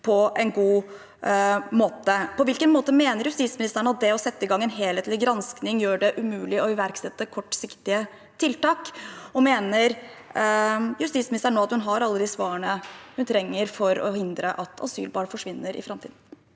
På hvilken måte mener justisministeren at det å sette i gang en helhetlig gransking gjør det umulig å iverksette kortsiktige tiltak? Og mener justisministeren nå at hun har alle de svarene hun trenger for å hindre at asylbarn forsvinner i framtiden?